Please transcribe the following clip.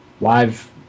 live